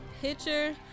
Pitcher